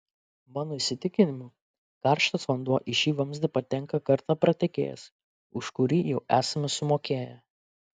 mano įsitikinimu karštas vanduo į šį vamzdį patenka kartą pratekėjęs už kurį jau esame sumokėję